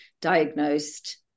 diagnosed